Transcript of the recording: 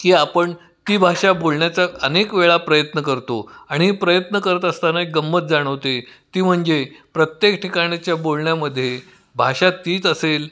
की आपण ती भाषा बोलण्याचा अनेक वेळा प्रयत्न करतो आणि हे प्रयत्न करत असताना एक गंमत जाणवते ती म्हणजे प्रत्येक ठिकाणच्या बोलण्यामध्ये भाषा तीच असेल